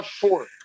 four